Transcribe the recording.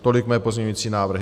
Tolik mé pozměňovací návrhy.